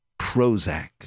Prozac